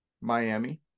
Miami